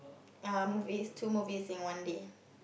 uh movies two movies in one day